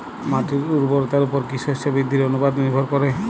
মাটির উর্বরতার উপর কী শস্য বৃদ্ধির অনুপাত নির্ভর করে?